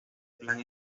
plan